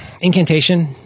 incantation